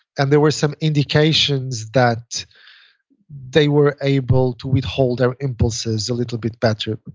and there were some indications that they were able to withhold our impulses a little bit better.